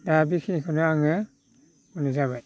दा बेखिनिखौनो आङो बुंनाय जाबाय